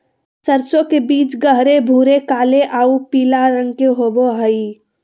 सरसों के बीज गहरे भूरे काले आऊ पीला रंग के होबो हइ